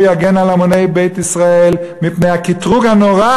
יגן על המוני בית ישראל מפני הקטרוג הנורא